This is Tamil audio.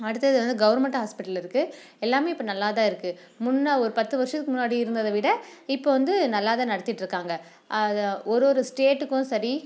அடுத்தது வந்து கவர்மெண்ட் ஹாஸ்பிட்டல் இருக்குது எல்லாம் இப்போ நல்லாதான் இருக்குது முன்னே ஒரு பத்து வருஷத்துக்கு முன்னாடி இருந்ததை விட இப்போ வந்து நல்லாதான் நடத்திகிட்ருக்காங்க ஒரு ஒரு ஸ்டேட்டுக்கும் சரி